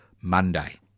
Monday